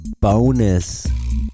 bonus